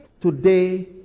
today